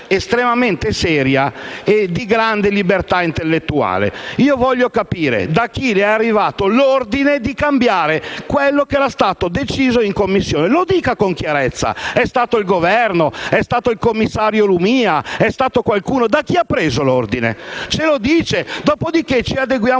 estremamente seria e di grande libertà intellettuale. Voglio dunque capire da chi è arrivato l'ordine di cambiare quello che era stato deciso in Commissione. Lo dica con chiarezza: è stato il Governo, il commissario Lumia, o qualcun altro? Da chi ha preso l'ordine? Ce lo dica, dopodiché ci adegueremo